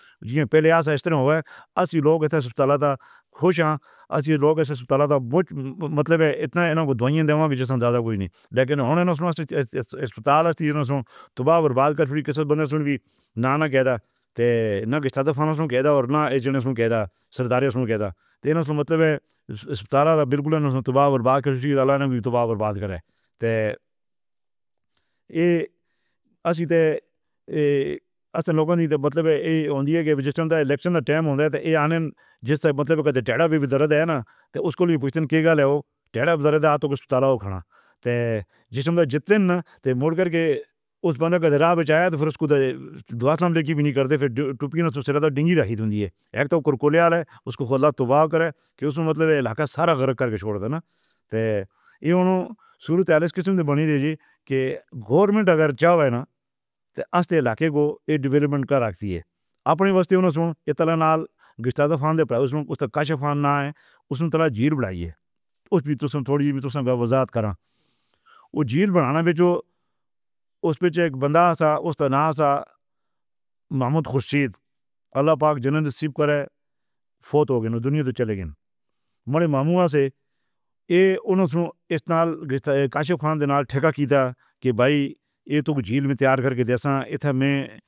مطلب ہے اتنا زیادہ کوئی نہیں، لیکن۔ جس وقت جیتنے، مڑ کر کے اُس بندے کا دھرا بچایا، تو پھر اُس کو کہ گورنمنٹ اگر جاؤ، ہے نا؟ اسّت علاقے کو ایک ڈیولپمنٹ کرا دی ہے۔ اپنی وسطیوں نے سن اعلان، اُس میں تھوڑا زیر بنائی ہے، وہ جو اُس پے جو ایک بندہ سا، اُس تنہا سا محمد خورشید۔ فورث ہو گئے نا دنیا میں چلے گئے، بڑے ماموں سے اے انیسو اسّنال کے بھائی، اتکھ جھیل میں تیار کر کے جیسا۔